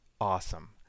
awesome